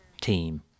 team